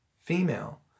female